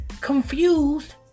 confused